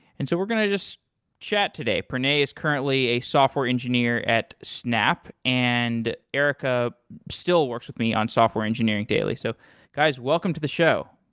and so we're going to just chat today. pranay is currently a software engineer at snap and erika still works with me on software engineering daily. so guys, welcome to the show.